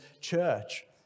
church